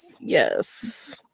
yes